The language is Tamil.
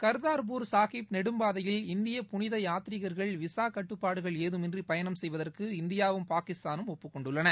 கர்தார்பூர் சாஹிப் நெடும்பாதையில் இந்திய புனித யாத்ரீகர்கள் விசா கட்டுப்பாடுகள் ஏதமின்றி பயணம் செய்வதற்கு இந்தியாவும் பாகிஸ்தானும் ஒப்புக் கொண்டுள்ளன